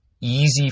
easy